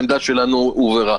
עמדתנו הובהרה.